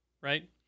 right